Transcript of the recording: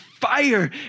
fire